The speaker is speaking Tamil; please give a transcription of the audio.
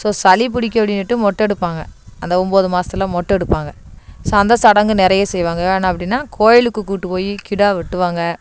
ஸோ சளி பிடிக்கும் அப்படின்னுட்டு மொட்டை எடுப்பாங்க அந்த ஒம்பது மாசத்தில் மொட்டை எடுப்பாங்க ச அந்த சடங்கு நிறைய செய்வாங்க ஆனால் அப்படின்னா கோவிலுக்கு கூட்டுப்போய் கிடா வெட்டுவாங்க